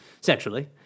sexually